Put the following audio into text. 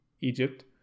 Egypt